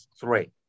three